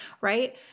right